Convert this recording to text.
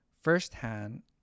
firsthand